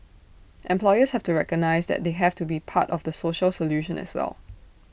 employers have to recognise that they have to be part of the social solution as well